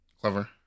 clever